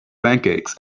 pancakes